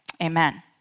amen